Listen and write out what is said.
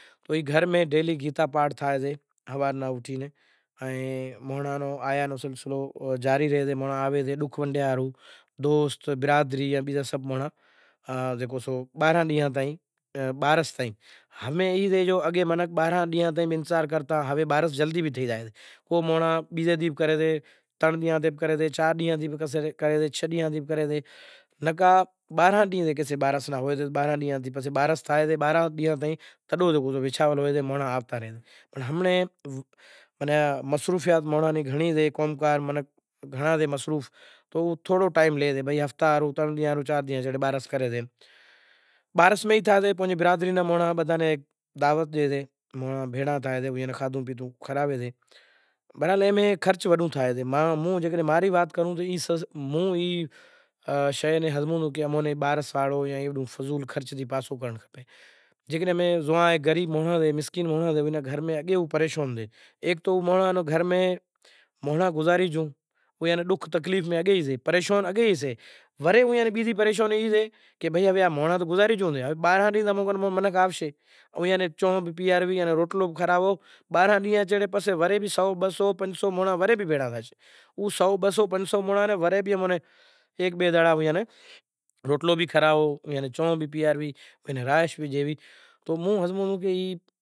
روہیداس پوتاں نو ڈیکرو اے مالہی نے گھرے لاگے سے کام میں آن رازا ہریچند اوتے مزوری کرے لاگے سے اتے کرتا کرتا کرتا زا رے مہینا میں سمو آئے پورو تھیو ان ایک کوڑی پنڑ ایئاں لئی بھیڑیوں کریوں تو سوئیم ئی دہاڑو آیو وشوامنتر آیا کہ اے راجا ہریچند ہوے ماں نیں دکھشنڑا ڈو، ہے گرودیو اوس تاں نیں دکھشنڑا آلوں پنڑ بئے گھڑی بیسی ماں نیں دوئارے کہ کوئی رسوئی کوئی پانڑی کائیں سیوا نو باپو موقعو ہالو۔ وشوامنتر کیدہو راجا ہریچند ماں نی شیوا بیزی پسے کریجی پہریوں ماں ریوں ایک سو ایک زے کوڑیوں تھائیسیں ای تو منیں ہال راجا ہریچند دھیاں کری زویو کہ واقعی ایک سو ایک کوڑیوں بھیڑیوں کرے لاشیوں سیں پنڑ وشوامنتر پوتانی سٹھ سال نی تپسیا ہتی، سٹھ سالاں نی تپسیا ہتی تو ایوا انبھووی ہتا زے آوے ری وات ان گزری گئی وات مناں کوئی بھی وات ہوئے ای بھی زانڑتا تو وشوامنتر کہدہو کہ ایک سو ایک کوڑیوں بھیڑیوں کرے لاشیوں سے ایوو کھیل کریو تو ایک سو ایک کوڑیوں زے ریوں اے بدہیوں کوڑیوں تھئی زائیں۔